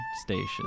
station